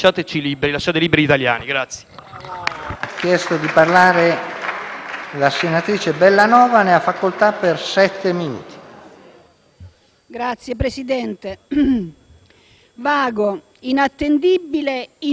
una provocazione e un'offesa, perché costringe il Parlamento a una discussione inutile, svuotandolo di senso e di ruolo; un atto di estrema gravità che denunciamo ancora una volta.